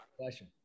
question